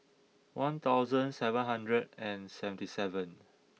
one thousand seven hundred and seventy seven